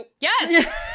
Yes